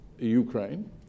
Ukraine